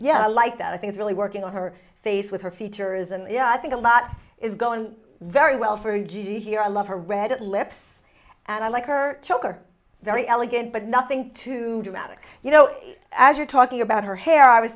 yeah i like that i think really working on her face with her features and yeah i think a lot is going very well for you here i love her red lips and i like her choker very elegant but nothing too dramatic you know as you're talking about her hair i was